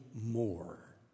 more